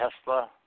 Tesla